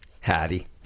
Hattie